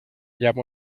llama